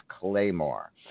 Claymore